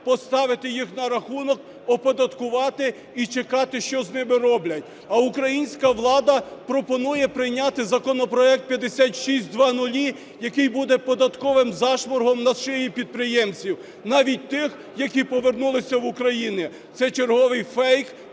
поставити їх на рахунок, оподаткувати і чекати, що з ними зроблять. А українська влада пропонує прийняти законопроект 5600, який буде податковим зашморгом на шиї підприємців, навіть тих, які повернулися в Україну. Це черговий фейк,